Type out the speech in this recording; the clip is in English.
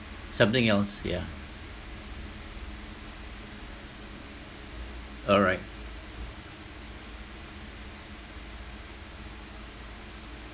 something else yeah alright